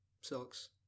socks